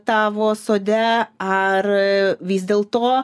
tavo sode ar vis dėlto